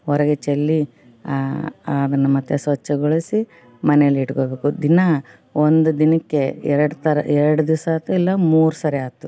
ಹೊರಗೆ ಚೆಲ್ಲಿ ಆ ಅದನ್ನು ಮತ್ತೆ ಸ್ವಚ್ಛಗೊಳಿಸಿ ಮನೇಲಿ ಇಟ್ಕೊಳ್ಬೇಕು ದಿನಾ ಒಂದು ದಿನಕ್ಕೆ ಎರಡು ಥರ ಎರ್ಡು ದಿವಸ ಆಯ್ತು ಇಲ್ಲ ಮೂರು ಸರಿ ಆಯ್ತು